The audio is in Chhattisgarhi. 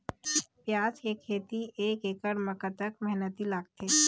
प्याज के खेती एक एकड़ म कतक मेहनती लागथे?